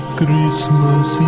Christmas